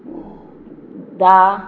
धा